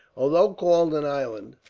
although called an island,